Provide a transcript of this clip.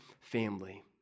family